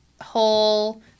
whole